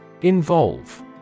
Involve